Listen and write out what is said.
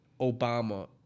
Obama